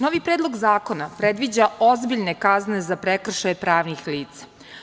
Novi predlog zakona predviđa ozbiljne kazne za prekršaje pravnih lica.